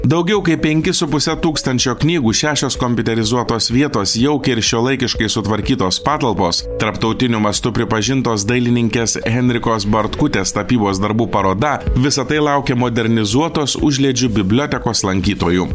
daugiau kaip penki su puse tūkstančio knygų šešios kompiuterizuotos vietos jaukiai ir šiuolaikiškai sutvarkytos patalpos tarptautiniu mastu pripažintos dailininkės henrikos bartkutės tapybos darbų paroda visa tai laukia modernizuotos užliedžių bibliotekos lankytojų